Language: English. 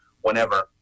whenever